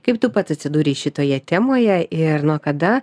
kaip tu pats atsidūrei šitoje temoje ir nuo kada